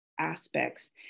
aspects